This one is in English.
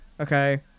okay